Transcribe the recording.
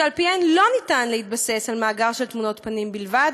שעל-פיהן אין אפשרות להתבסס על מאגר של תמונות פנים בלבד,